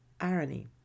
irony